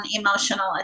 emotional